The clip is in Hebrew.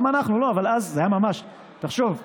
גם אנחנו, אבל אז זה היה ממש, תחשוב,